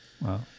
Wow